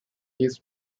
his